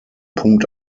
punkt